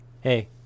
hey